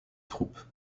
troupes